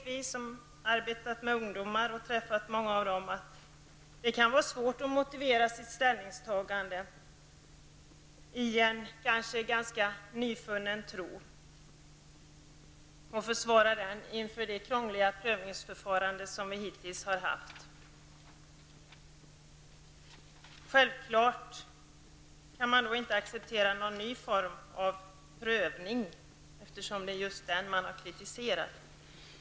Vi som arbetat med ungdomar och träffat många av dem vet dock att det kan vara svårt att motivera sitt ställningstagande, om man har en kanske ganska nyfunnen tro och att försvara den inför det krångliga prövningsförfarande som vi hittills har haft. Man kan självfallet inte acceptera någon ny form av prövning, eftersom det är just den som man har kritiserat.